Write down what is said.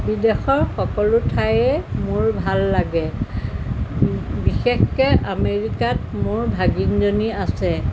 বিদেশৰ সকলো ঠাইয়ে মোৰ ভাল লাগে বিশেষকৈ আমেৰিকাত মোৰ ভাগীনজনী আছে